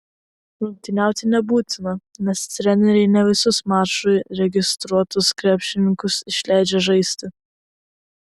rungtyniauti nebūtina nes treneriai ne visus mačui registruotus krepšininkus išleidžia žaisti